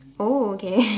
oh okay